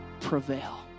prevail